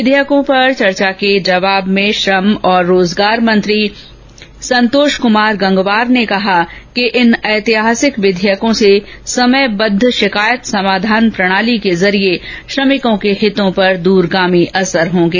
विधेयकों पर चर्चा के उत्तर में श्रम और रोजगार मंत्री संतोष कमार गंगवार ने कहा कि इन ऐतिहासिक विधेयकों से समयबद्द शिकायत समाधान प्रणाली के जरिये श्रमिकों के हितों पर दूरगामी असर होंगे